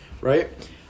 right